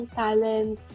talent